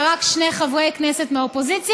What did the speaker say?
אלא רק שני חברי כנסת מהאופוזיציה,